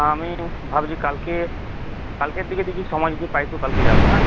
আমি ভাবছি কালকে কালকের দিকে দেখি সময় যদি পাই তো কালকে যাবো হ্যাঁ